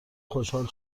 خوشحال